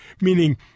meaning